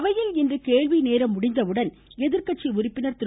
அவையில் இன்று கேள்விநேரம் முடிந்தவுடன் எதிர்கட்சி உறுப்பினர் திரு